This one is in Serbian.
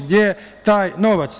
Gde je taj novac?